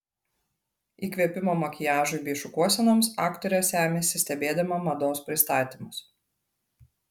įkvėpimo makiažui bei šukuosenoms aktorė semiasi stebėdama mados pristatymus